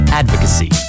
advocacy